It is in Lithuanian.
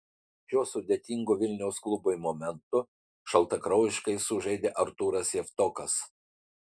šiuo sudėtingu vilniaus klubui momentu šaltakraujiškai sužaidė artūras javtokas